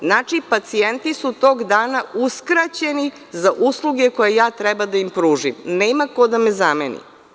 Znači, pacijenti su tog dana uskraćeni za usluge koje treba da im pružim, nema ko da me zameni.